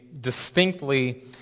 distinctly